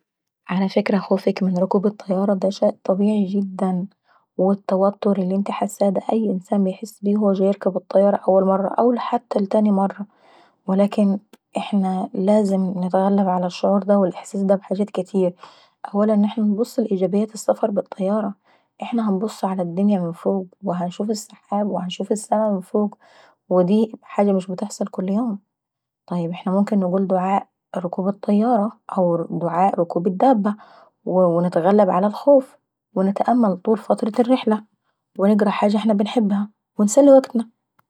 على فكرة خوفك من ركوب الطيارة دا شيء طبيعي جدا، والتوتر اللي انتي حساه دا أي انسان بيحس بيه هو وجاي يركب الطيارة لاوال مرة او حتى لتاني مرة. ولكن احنا لازم نتغلب على الشعور دا والاحساس دا بحاجات كاتير. أولا ان احنا نبوص لايجابيات السفر بالطيارة، احنا بنبص ع الدينيا من فوق، وهنشوفو السحاب وبنشوفو السما من فوق ودي حاجة مش بتحصل كل يوم. طيب احنا نقول دعاء ركوب الطيارة او دعاء ركوب الدابيه، ونتغلب على الخوف ونتأملو طول فترة الرحله ونقرا حاجة احنا بنحبها ونسلوا وكتنا.